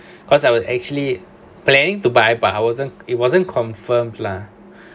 cause I was actually planning to buy but I wasn't it wasn't confirmed lah